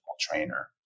trainer